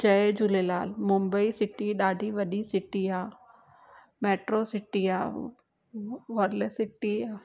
जय Jhulelal Mumbai city ॾाढी वॾी city आहे मैट्रो सिटी आहे व वर्ल सिटी